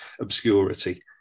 obscurity